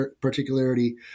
particularity